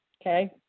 Okay